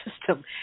system